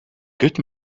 good